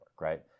right